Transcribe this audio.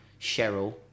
Cheryl